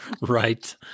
Right